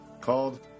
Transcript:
called